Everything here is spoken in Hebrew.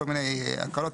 כל מיני הקלות,